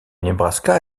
nebraska